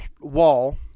wall